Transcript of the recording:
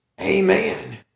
amen